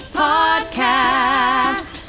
podcast